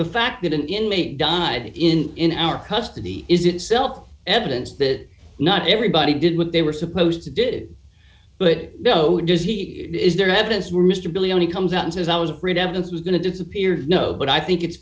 the fact that an inmate died in our custody is itself evidence that not everybody did what they were supposed to did but though does he is there evidence where mr billy only comes out and says i was afraid evidence was going to disappear no but i think it's